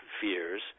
fears